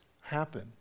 happen